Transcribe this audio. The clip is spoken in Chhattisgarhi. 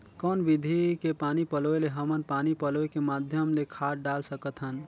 कौन विधि के पानी पलोय ले हमन पानी पलोय के माध्यम ले खाद डाल सकत हन?